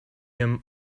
him